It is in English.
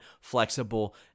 flexible